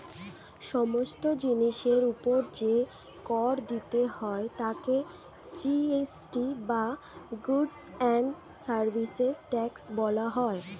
সমস্ত জিনিসের উপর যে কর দিতে হয় তাকে জি.এস.টি বা গুডস্ অ্যান্ড সার্ভিসেস ট্যাক্স বলা হয়